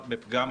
החקיקה.